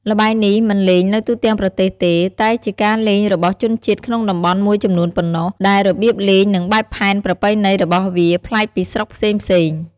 ល្បែងនេះមិនលេងនៅទូទាំងប្រទេសទេ តែជាការលេងរបស់ជនជាតិក្នុងតំបន់មួយចំនួនប៉ុណ្ណោះ ដែលរបៀបលេងនិងបែបផែនប្រពៃណីរបស់វាប្លែកពីស្រុកផ្សេងៗ។